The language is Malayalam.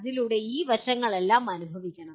അതിലൂടെ ഈ വശങ്ങളെല്ലാം അനുഭവിക്കണം